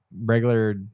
regular